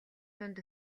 дунд